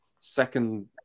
second